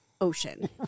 ocean